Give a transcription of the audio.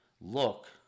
look